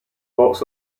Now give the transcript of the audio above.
box